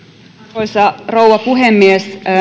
arvoisa rouva puhemies